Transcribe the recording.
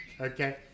okay